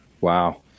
Wow